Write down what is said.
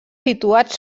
situats